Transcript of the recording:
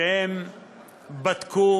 שבדקו